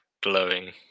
glowing